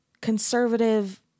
conservative